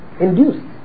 induced